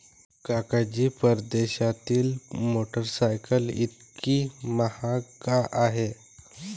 काका जी, परदेशातील मोटरसायकल इतकी महाग का आहे?